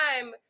time